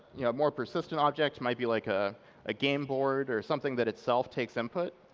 you know, more persistent object might be, like, a ah game board or something that itself takes input.